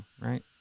right